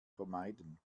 vermeiden